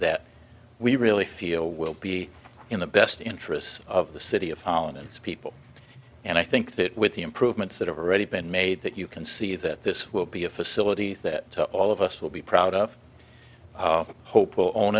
that we really feel will be in the best interests of the city of holland and its people and i think that with the improvements that have already been made that you can see that this will be a facility that to all of us will be proud of hope